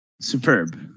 Superb